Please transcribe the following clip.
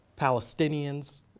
Palestinians